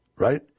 Right